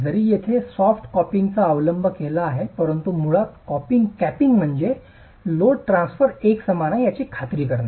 जरी येथे सॉफ्ट कॅपिंगचा अवलंब केला गेला आहे परंतु मुळात कॅपिंग म्हणजे लोड ट्रान्सफर एकसमान आहे याची खात्री करणे